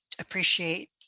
appreciate